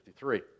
1953